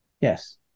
yes